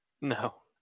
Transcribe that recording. No